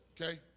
okay